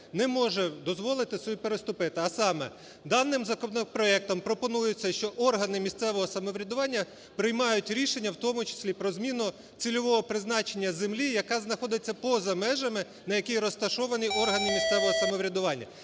не може дозволити собі переступити, а саме даним законопроектом пропонується, що органи місцевого самоврядування приймають рішення, в тому числі про зміну цільового призначення землі, яка знаходиться поза межами, на якій розташовані органи місцевого самоврядування.